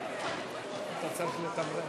העונשין (תיקון,